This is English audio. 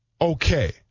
okay